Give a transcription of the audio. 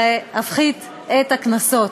להפחית את הקנסות.